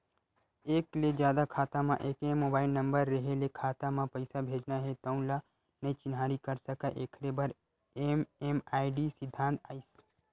एक ले जादा खाता म एके मोबाइल नंबर रेहे ले खाता म पइसा भेजना हे तउन ल नइ चिन्हारी कर सकय एखरे बर एम.एम.आई.डी सिद्धांत आइस